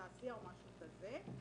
מתעשייה או משהו כזה: